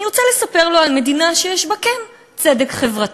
אני רוצה לספר לו על מדינה שכן יש בה צדק חברתי.